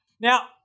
Now